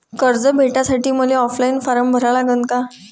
कर्ज भेटासाठी मले ऑफलाईन फारम भरा लागन का?